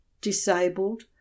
disabled